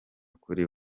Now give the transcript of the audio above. kuri